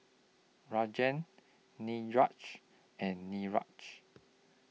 Rajan Niraj and Niraj